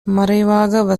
மறைவாக